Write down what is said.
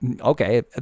okay